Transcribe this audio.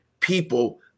people